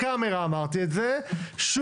אמרתי את זה למצלמה.